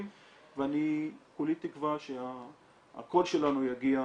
ואני כולי תקווה שהקול שלנו יגיע